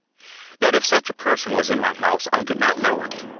that if such a person was in my house i did not know it,